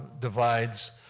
divides